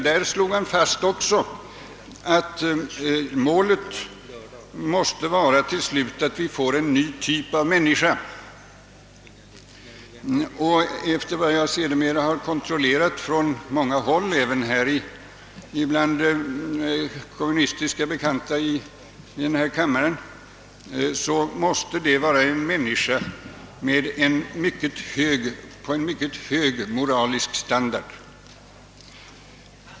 Där slogs också fast att det slutliga målet måste vara att få en ny typ av människa. Enligt vad jag sedermera fått bestyrkt vid kontroll på många håll, även bland kommunistiska bekanta i denna kammare, måste detta begrepp innebära en människa av mycket hög moralisk standard.